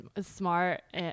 smart